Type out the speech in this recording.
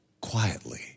quietly